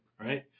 Right